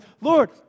Lord